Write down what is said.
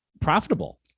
profitable